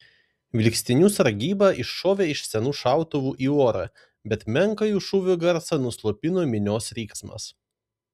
vilkstinių sargyba iššovė iš senų šautuvų į orą bet menką jų šūvių garsą nuslopino minios riksmas